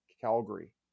Calgary